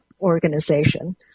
organization